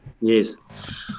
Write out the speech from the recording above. Yes